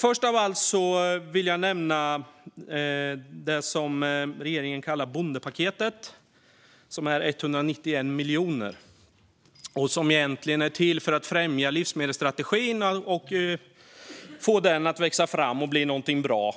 Först av allt vill jag nämna det som regeringen kallar bondepaketet, vilket omfattar 191 miljoner och egentligen är till för att främja livsmedelsstrategin och få den att växa till någonting bra.